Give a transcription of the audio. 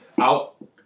Out